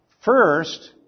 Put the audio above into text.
first